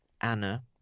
Anna